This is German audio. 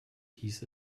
hieß